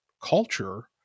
culture